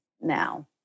now